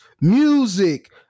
music